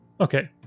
Okay